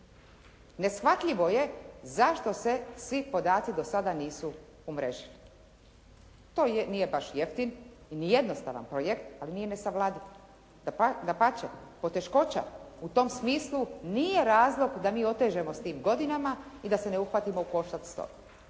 Neshvatljivo je zašto se svi podaci do sada nisu umrežili. To nije baš jeftin ni jednostavan projekt, ali nije nesavladiv. Dapače, poteškoća u tom smislu nije razlog da mi otežemo s tim godinama i da se ne uhvatimo u koštac s